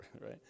right